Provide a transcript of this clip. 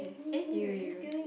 okay eh you you